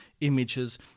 images